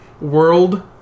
world